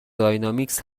داینامیکس